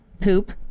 poop